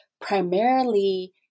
primarily